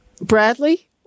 Bradley